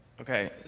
Okay